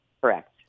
Correct